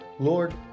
Lord